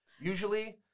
usually